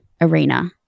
arena